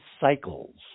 cycles